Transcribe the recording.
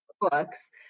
books